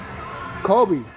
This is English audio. Kobe